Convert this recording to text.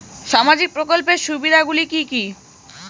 সামাজিক প্রকল্পের সুবিধাগুলি কি কি?